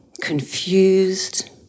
confused